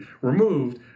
removed